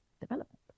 development